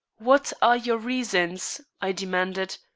what are your reasons, i demanded,